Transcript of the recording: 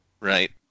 Right